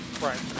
Right